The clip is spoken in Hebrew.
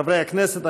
חברי הכנסת,